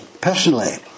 personally